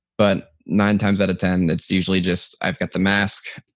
but nine times out of ten, that's usually just. i've got the mask.